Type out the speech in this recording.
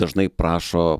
dažnai prašo